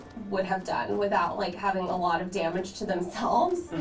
would have done without like having a lot of damage to themselves,